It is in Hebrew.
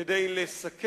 כדי להגיע,